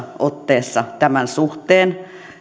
otteeseen tämän suhteen